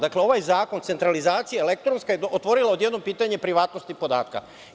Dakle, ovaj zakon, centralizacija elektronska je otvorila odjednom pitanje privatnosti podataka.